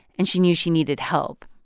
and she knew she needed help,